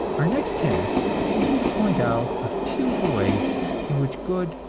our next task will be to point out a few of the ways in which good,